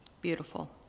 Beautiful